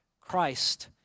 Christ